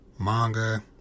Manga